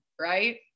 right